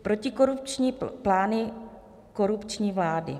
Protikorupční plány korupční vlády.